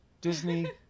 Disney